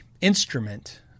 instrument